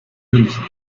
münchen